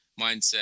mindset